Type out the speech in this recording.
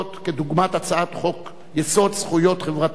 כדוגמת הצעת חוק-יסוד: זכויות חברתיות,